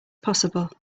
possible